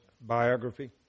biography